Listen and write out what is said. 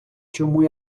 чому